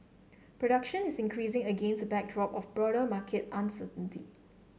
production is increasing against backdrop of broader market uncertainty